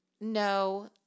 No